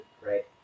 right